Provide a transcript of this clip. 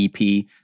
EP